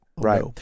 Right